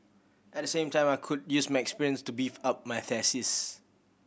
at the same time I could use my experience to beef up my thesis